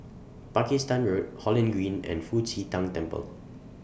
Pakistan Road Holland Green and Fu Xi Tang Temple